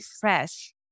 fresh